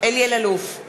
אלי אלאלוף,